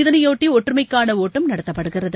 இதனைபொட்டி ஒற்றுமைக்கான ஒட்டம் நடத்தப்படுகிறது